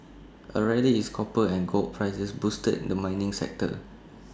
A rally is copper and gold prices boosted and the mining sector